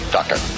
Doctor